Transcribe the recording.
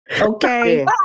Okay